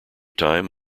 time